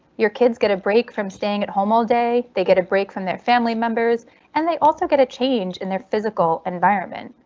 your kids get a break from staying at home all day, they get a break from their family members and they also get a change in their physical environment.